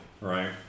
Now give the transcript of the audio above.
Right